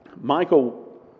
Michael